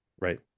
Right